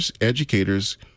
educators